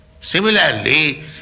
Similarly